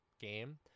game